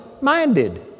minded